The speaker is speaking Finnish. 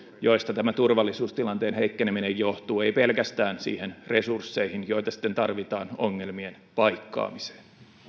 joista tämä turvallisuustilanteen heikkeneminen johtuu ei pelkästään niihin resursseihin joita sitten tarvitaan ongelmien paikkaamiseen